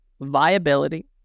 viability